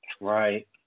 Right